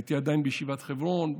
הייתי עדיין בישיבת חברון,